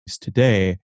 today